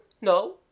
no